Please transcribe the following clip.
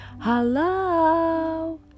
hello